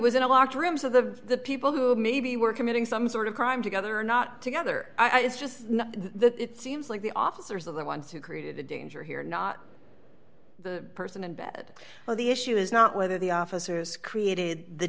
was in a locked rooms of the people who maybe were committing some sort of crime together or not together it's just the it seems like the officers of the ones who created the danger here are not the person in bed well the issue is not whether the officers created the